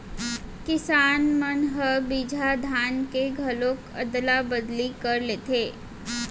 किसान मन ह बिजहा धान के घलोक अदला बदली कर लेथे